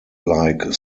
like